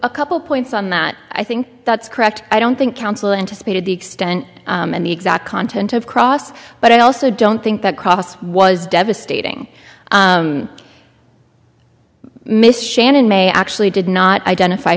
a couple points on that i think that's correct i don't think counsel anticipated the extent and the exact content of cross but i also don't think that cross was devastating miss shannon may actually did not identify